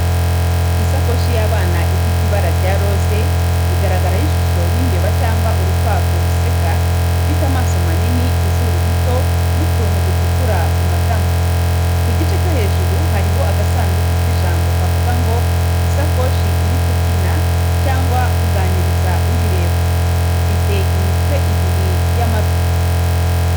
Isakoshi y’abana ifite ibara rya roze, igaragaraho ishusho y’imbeba cyangwa urukwavu ruseka rufite amaso manini, izuru rito, n’utuntu dutukura ku matama. Ku gice cyo hejuru hariho agasanduku k’ijambo kavuga ngo, isakoshi iri kubyina cyangwa kuganiriza uyireba. Ifite imitwe ibiri y’amatwi.